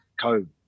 code